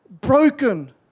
Broken